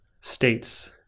states